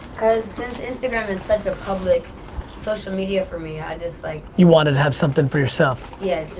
since instagram is such a public social media for me, i just like you wanted to have something for yourself. yeah.